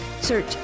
search